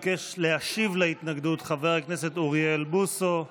ביקש להשיב על התנגדות חבר הכנסת אוריאל בוסו.